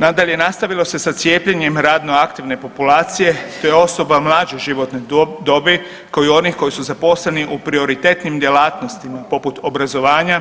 Nadalje, nastavilo se sa cijepljenjem radno aktivne populacije te osoba mlađe životne dobi kao i onih koji su zaposleni u prioritetnim djelatnostima poput obrazovanja,